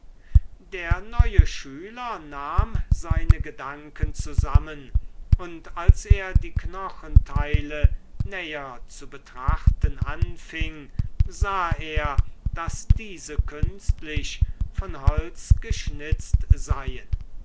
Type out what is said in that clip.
der neue schüler nahm seine gedanken zusammen und als er die knochenteile näher zu betrachten anfing sah er daß diese künstlich von holz geschnitzt seien